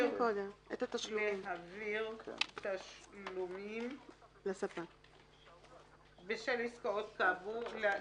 להעביר תשלומים לספק בשל עסקאות כאמור".